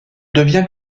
devient